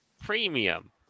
Premium